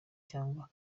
cyangwa